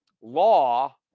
law